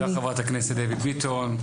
תודה חברת הכנסת דבי ביטון,